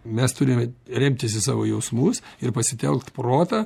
mes turime remtis į savo jausmus ir pasitelkt protą